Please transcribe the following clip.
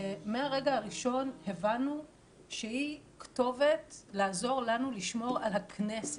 מהרגע הראשון הבנו שהיא כתובת לעזור לנו לשמור על הכנסת,